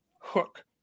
hook